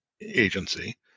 agency